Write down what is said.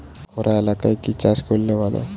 খরা এলাকায় কি চাষ করলে ভালো?